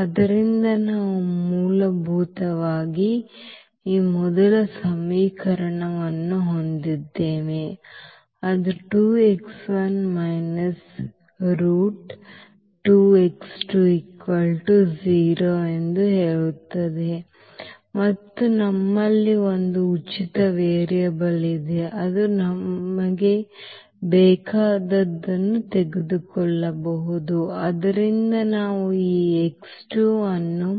ಆದ್ದರಿಂದ ನಾವು ಮೂಲಭೂತವಾಗಿ ಈ ಮೊದಲ ಸಮೀಕರಣವನ್ನು ಹೊಂದಿದ್ದೇವೆ ಅದು ಎಂದು ಹೇಳುತ್ತದೆ ಮತ್ತು ನಮ್ಮಲ್ಲಿ ಒಂದು ಉಚಿತ ವೇರಿಯೇಬಲ್ ಇದೆ ಅದು ನಮಗೆ ಬೇಕಾದುದನ್ನು ತೆಗೆದುಕೊಳ್ಳಬಹುದು ಆದ್ದರಿಂದ ನಾವು ಈ ಅನ್ನು